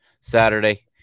Saturday